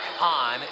on